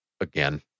again